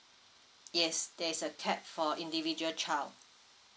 yes there is a capped for individual child